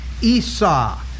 Esau